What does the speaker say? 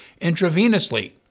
intravenously